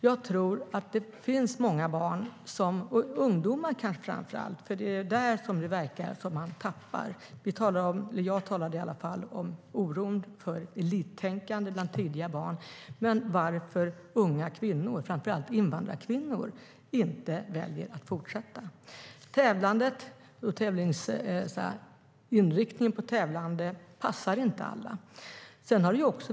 Det finns nog många barn, ungdomar - det är där som man tappar, jag talade om oron för elittänkande bland barn - och framför allt invandrarkvinnor som inte väljer att fortsätta. Inriktningen på tävlandet passar inte alla.